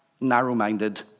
narrow-minded